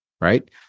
right